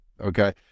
Okay